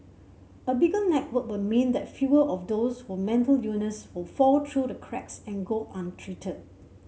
a bigger network will mean that fewer of those with mental illness would fall through the cracks and go untreated